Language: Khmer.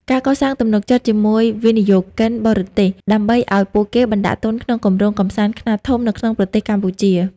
ការកសាងទំនុកចិត្តជាមួយវិនិយោគិនបរទេស ដើម្បីឱ្យពួកគេបណ្តាក់ទុនក្នុងគម្រោងកម្សាន្តខ្នាតធំនៅក្នុងប្រទេសកម្ពុជា។